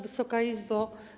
Wysoka Izbo!